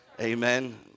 Amen